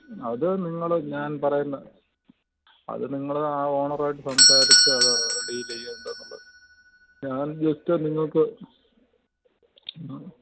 അത് നിങ്ങൾ ഞാൻ പറയുന്ന അത് നിങ്ങൾ ആ ഓണറായിട്ട് സംസാരിച്ച് അത് ഡീൽ ചെയ്യണ്ടാന്നുള്ളത് ഞാൻ ജെസ്റ്റ് നിങ്ങൾക്ക്